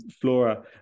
flora